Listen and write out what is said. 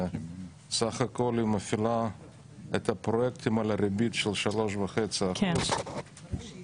סך הכול היא מפעילה את הפרויקטים על הריבית של 3.5%. אני חושב